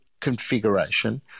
configuration